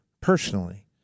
personally